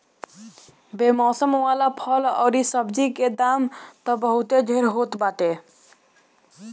बेमौसम वाला फल अउरी सब्जी के दाम तअ बहुते ढेर होत बाटे